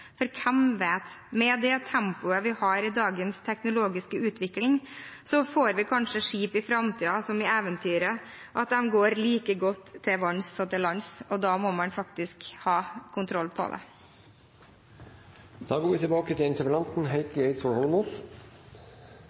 for hvem vet, med det tempoet vi har i dagens teknologiske utvikling, får vi kanskje skip i framtiden som i eventyret; de går like godt til vanns som til lands. Og da må man faktisk ha kontroll på det. La meg begynne med å takke for engasjementet i debatten. Jeg vil si til